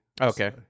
Okay